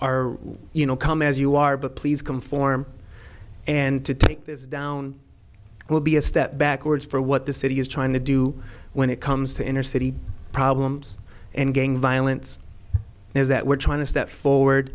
are you know come as you are but please conform and to take this down will be a step backwards for what the city is trying to do when it comes to inner city problems and gang violence is that we're trying to step forward